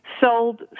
sold